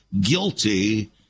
guilty